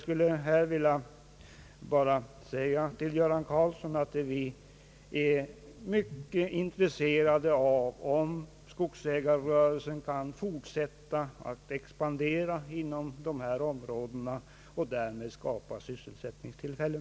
Till herr Göran Karlsson vill jag bara säga att vi är mycket intresserade av att skogsägarrörelsen kan fortsätta att expandera inom dessa områden och där skapa sysselsättningstillfällen.